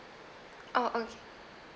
orh okay